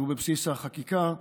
שהוא בבסיס החקיקה שלך,